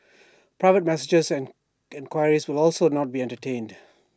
private messages and enquiries will also not be entertained